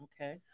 Okay